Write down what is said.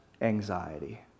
anxiety